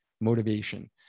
motivation